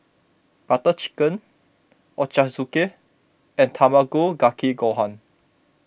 Butter Chicken Ochazuke and Tamago Kake Gohan